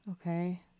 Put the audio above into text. Okay